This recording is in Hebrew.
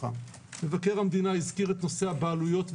מבקר המדינה הזכיר את נושא הבעלויות,